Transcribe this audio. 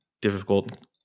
difficult